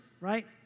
right